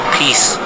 peace